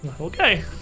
Okay